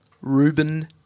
Ruben